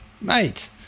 Mate